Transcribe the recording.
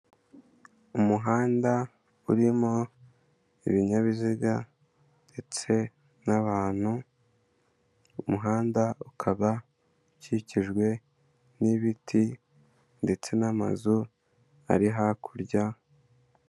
Umuhanda urimo ibinyabiziga ndetse n'abantu, umuhanda ukaba ukikijwe n'ibiti ndetse n'amazu ari hakurya.